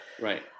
Right